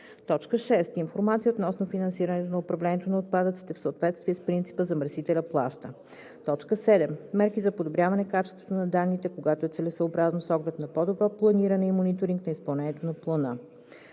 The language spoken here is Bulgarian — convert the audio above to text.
срока; 6. информация относно финансирането на управлението на отпадъците в съответствие с принципа „замърсителят плаща“; 7. мерки за подобряване качеството на данните, когато е целесъобразно, с оглед на по-добро планиране и мониторинг на изпълнението на плана.